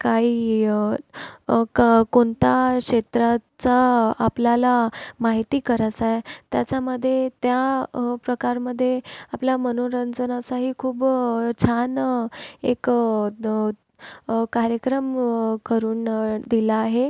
काही क कोणता क्षेत्राचा आपल्याला माहिती करायचं आहे त्याच्यामध्ये त्या प्रकारमध्ये आपल्या मनोरंजनाचाही खूप छान एक कार्यक्रम करून दिला आहे